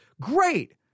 Great